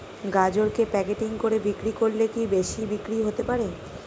গাজরকে প্যাকেটিং করে বিক্রি করলে কি বেশি বিক্রি হতে পারে?